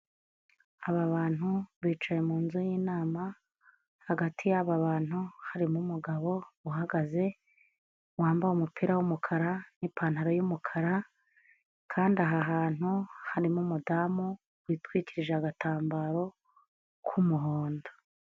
Aba bantu bicaye munzu y'inama; hagati y'abantu harimo umugabo uhagaze wambaye umupira w'umukara n'ipantaro y'umukara, kandi aha hantu harimo umudamu witwikirije agatambaro k'umuhondo.